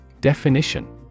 Definition